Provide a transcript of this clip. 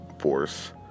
force